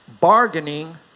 bargaining